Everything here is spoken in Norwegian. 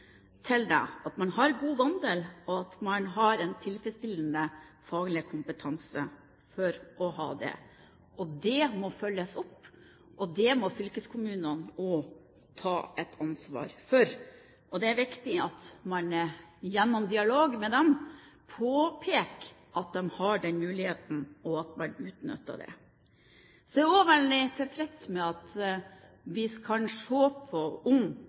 til det, at man har god vandel, og at man har en tilfredsstillende faglig kompetanse for å ha det. Det må følges opp, og det må fylkeskommunene også ta et ansvar for. Det er viktig at man gjennom dialog med dem påpeker at man har den muligheten, og at man utnytter den. Så er jeg også veldig tilfreds med at vi skal se på om